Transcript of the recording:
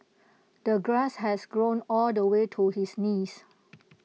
the grass has grown all the way to his knees